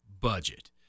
budget